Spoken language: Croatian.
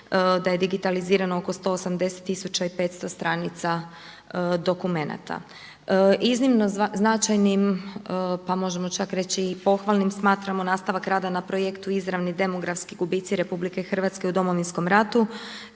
da je digitalizirano oko 180 tisuća i 500 stranica dokumenata. Iznimno značajnim, pa možemo čak reći i pohvalnim smatramo nastavak rada na projektu izravni demografski gubici RH u Domovinskom ratu